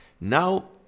now